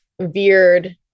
veered